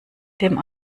dem